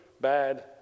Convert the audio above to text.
bad